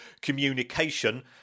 communication